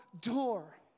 door